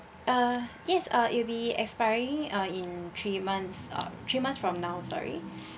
uh yes uh it'll be expiring uh in three months uh three months from now sorry